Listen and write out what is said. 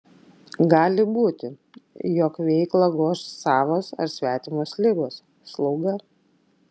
gali būti jog veiklą goš savos ar svetimos ligos slauga